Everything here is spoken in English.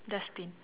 dustbin